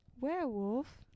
Werewolf